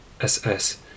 SS